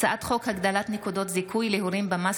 הצעת חוק הגדלת נקודות זיכוי להורים במס